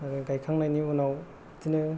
ओ गायखांनायनि उनाव बिदिनो